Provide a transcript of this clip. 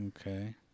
Okay